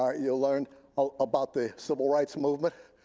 um you learned about the civil rights movement.